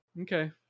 Okay